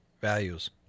Values